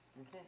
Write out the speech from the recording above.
Okay